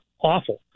Awful